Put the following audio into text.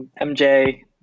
MJ